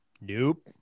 Nope